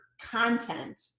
content